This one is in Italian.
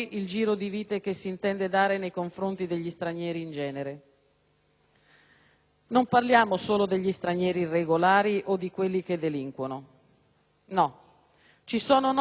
Non parliamo solo degli stranieri irregolari o di quelli che delinquono. No. Ci sono norme in questo testo che negano ogni integrazione e accoglienza;